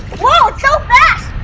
it's so fast!